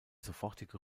sofortige